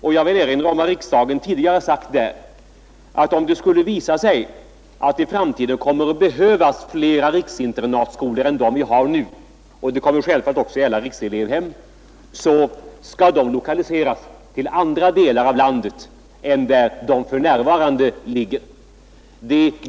Där vill jag erinra om vad riksdagen tidigare sagt, nämligen att om det skulle visa sig att man i framtiden kommer att behöva flera riksinternatskolor än vi har nu — och detta kommer givetvis också att gälla rikselevhem — så skall de lokaliseras till andra delar av landet än där de för närvarande ligger.